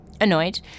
annoyed